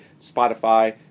Spotify